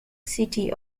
city